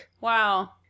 Wow